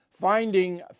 Finding